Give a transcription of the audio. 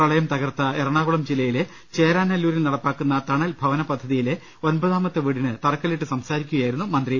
പ്രളയം തകർത്ത എറ ണാകുളം ജില്ലയിലെ ചേരാനെല്ലൂരിൽ നടപ്പാക്കുന്ന തണൽ ഭവന പദ്ധതി യിലെ ഒമ്പതാമത്തെ വീടിന് തറക്കല്ലിട്ട് സംസാരിക്കുകയായിരുന്നു മന്ത്രി